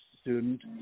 student